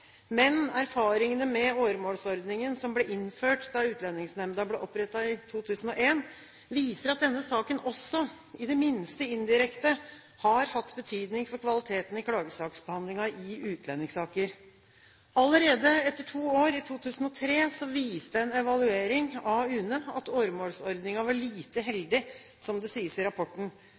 Men erfaringene med åremålsordningen, som ble innført da Utlendingsnemnda ble opprettet i 2001, viser at denne saken også, i det minste indirekte, har hatt betydning for kvaliteten i klagesaksbehandlingen i utlendingssaker. Allerede etter to år, i 2003, viste en evaluering av UNE at åremålsordningen var lite heldig, som det sies i rapporten.